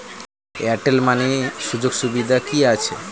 Airtel money সুযোগ সুবিধা কি আছে?